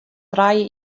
trije